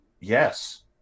yes